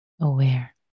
aware